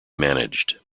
managed